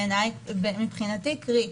קרי,